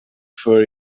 for